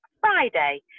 friday